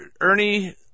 Ernie